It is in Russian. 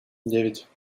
девять